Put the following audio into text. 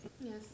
Yes